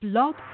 Blog